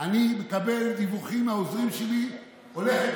אני מקבל דיווחים מהעוזרים שלי שהולכת